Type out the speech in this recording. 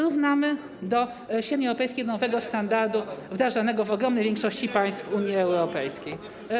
Równamy do średniej europejskiej, nowego standardu wdrażanego w ogromnej większości państw Unii Europejskiej.